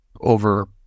over